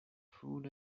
food